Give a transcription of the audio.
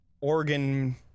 organ